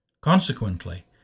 Consequently